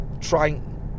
trying